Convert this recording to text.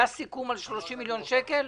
היה סיכום על 30 מיליון שקל?